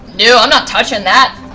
no, i'm not touching that.